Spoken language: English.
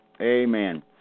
Amen